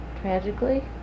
tragically